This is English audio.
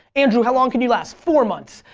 andrew how long can you last? four months.